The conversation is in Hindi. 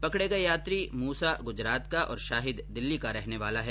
पकड़े गए यात्री मूस्सा गुजरात का और शाहिद दिल्ली का रहने वाला है